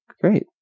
Great